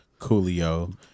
Coolio